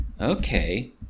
Okay